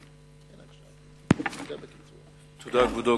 תודה, כבודו.